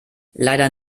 leider